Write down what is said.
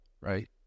right